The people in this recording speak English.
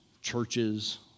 churches